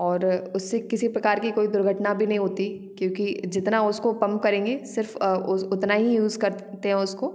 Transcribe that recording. और अ उससे किसी प्रकार की कोई दुर्घटना भी नहीं होती क्योंकि जितना उसको पम्प करेंगे सिर्फ अ उस उतना ही यूज़ करते हैं उसको